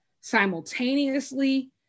simultaneously